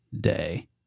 Day